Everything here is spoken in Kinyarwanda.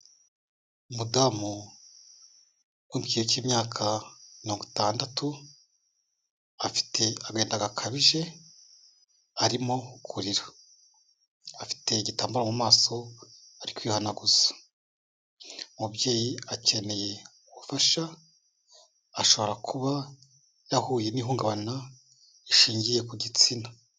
Umudamu, uri mu kigero cy'imyaka, mirongo itandatu, afite agahinda gakabije, arimo kurira. Afite igitambaro mu maso, ari kwihanaguza. Umubyeyi akeneye, ubufasha, ashobora kuba, yahuye n'ihungabana, rishingiye ku gitsina.